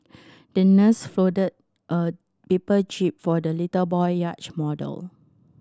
the nurse folded a paper jib for the little boy yacht model